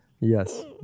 yes